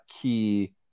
key